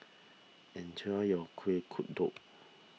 enjoy your Kuih Kodok